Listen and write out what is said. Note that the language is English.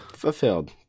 Fulfilled